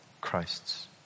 Christ's